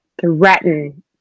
threaten